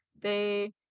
They-